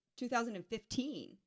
2015